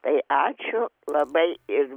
tai ačiū labai ir